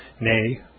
nay